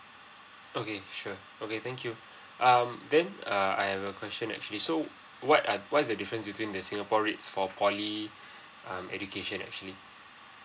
okay sure okay thank you um then err I have a question actually so what are what's the difference between the singapore rates for poly um education actually